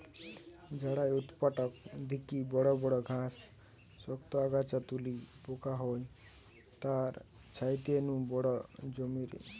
ঝাড়াই উৎপাটক দিকি বড় বড় ঘাস, শক্ত আগাছা তুলি পোকা হয় তার ছাইতে নু বড় জমিরে